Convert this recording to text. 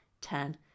Ten